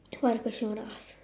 what other question you want to ask